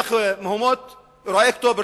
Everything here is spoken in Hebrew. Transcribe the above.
במהלך מהומות אירועי אוקטובר,